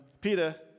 Peter